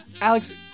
Alex